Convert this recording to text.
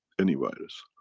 any virus.